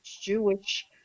Jewish